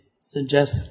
suggest